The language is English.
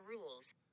rules